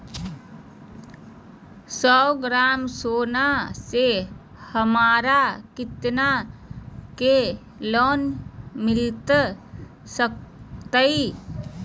सौ ग्राम सोना से हमरा कितना के लोन मिलता सकतैय?